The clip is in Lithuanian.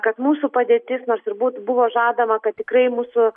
kad mūsų padėtis nors turbūt buvo žadama kad tikrai mūsų